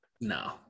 No